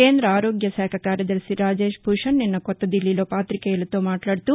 కేంద్ర ఆరోగ్య శాఖ కార్యదర్శి రాజేశ్ భూషణ్ నిన్న కాత్త దిల్లీలో పాతికేయులతో మాట్లాడుతూ